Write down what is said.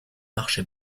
marché